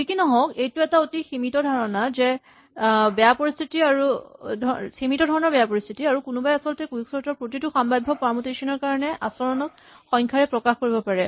যি কি নহওঁক এইটো এটা অতি সীমিত ধৰণৰ বেয়া পৰিস্হিতি আৰু কোনোবাই আচলতে কুইকচৰ্ট ৰ প্ৰতিটো সাম্ভাৱ্য পাৰমুটেচন ৰ কাৰণে আচৰণক সংখ্যাৰে প্ৰকাশ কৰিব পাৰে